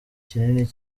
kinini